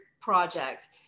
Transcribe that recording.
project